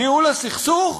ניהול הסכסוך?